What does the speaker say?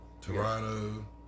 Toronto